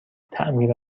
تعمیر